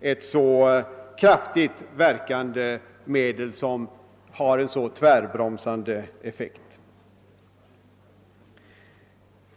ett så kraftigt verkande medel med en så tvärbromsande effekt.